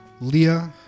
Leah